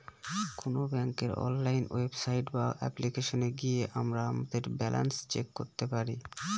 কোন ব্যাঙ্কের online website বা অ্যাপ্লিকেশনে গিয়ে আমরা আমাদের ব্যালান্স চেক করতে পারি